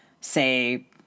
say